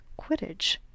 Quidditch